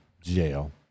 jail